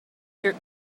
jerk